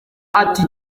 ati